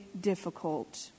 difficult